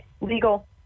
legal